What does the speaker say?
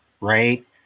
right